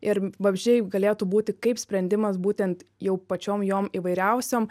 ir vabzdžiai galėtų būti kaip sprendimas būtent jau pačiom jom įvairiausiom